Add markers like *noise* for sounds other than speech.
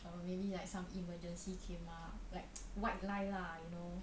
uh maybe like some emergency came up like *noise* white lie lah you know